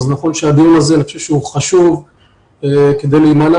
נכון שהדיון הזה חשוב כדי להימנע